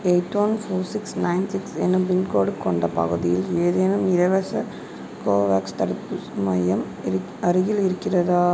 eight one four six nine six எனும் pincode கொண்ட பகுதியில் ஏதேனும் இலவச கோவோவேக்ஸ் தடுப்பூசி மையம் அருகில் இருக்கிறதா